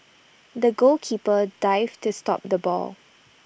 the goalkeeper dived to stop the ball